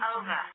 over